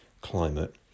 climate